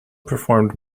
performed